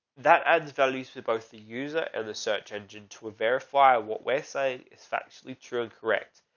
that adds values for both the user and the search engine to a verify what we're say is factually true and correct.